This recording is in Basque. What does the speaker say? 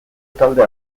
talde